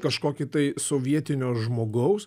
kažkokį tai tai sovietinio žmogaus